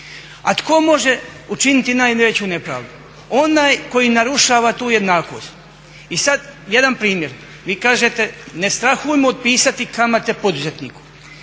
A tko može učiniti najveću nepravdu? Onaj tko narušava tu jednakost. I sad jedan primjer. Vi kažete ne strahujmo otpisati kamate poduzetniku,